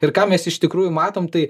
ir ką mes iš tikrųjų matom tai